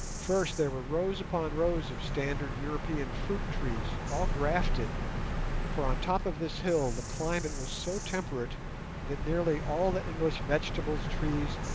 first there were rows upon rows of standard european fruit-trees, all grafted for on top of this hill the climate was so temperate that nearly all the english vegetables, trees,